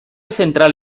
central